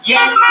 Yes